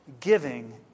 Giving